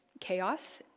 chaos